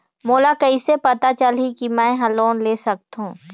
मोला कइसे पता चलही कि मैं ह लोन ले सकथों?